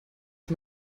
ich